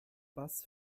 bass